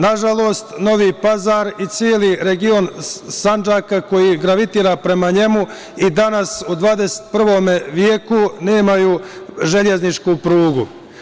Nažalost, Novi Pazar i celi region Sandžaka koji gravitira prema njemu i danas u 21. veku nemaju železničku prugu.